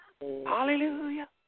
Hallelujah